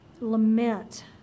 lament